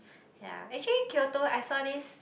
ya actually Kyoto I saw this